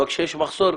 אבל כשיש מחסור,